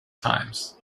times